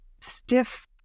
stiff